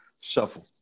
shuffle